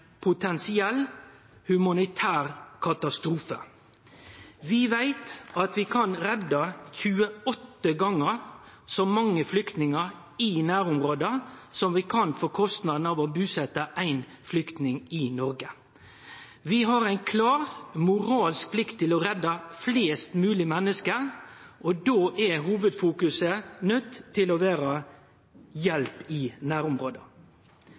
potensiell humanitær katastrofe. Vi veit at vi kan redde 28 gongar så mange flyktningar i nærområda som vi kan for kostnaden av å busetje éin flyktning i Noreg. Vi har ei klar, moralsk plikt til å redde flest mogleg menneske, og då er hovedfokuset nøydd til å vere hjelp i